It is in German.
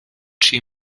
chi